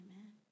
Amen